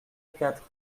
quatre